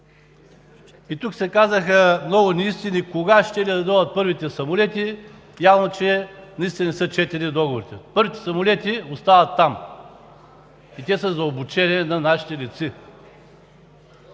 Тук се казаха много неистини кога щели да дойдат първите самолети. Явно, че наистина не са четени договорите. Първите самолети остават там. Те са за обучение на нашите летци